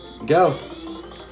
Go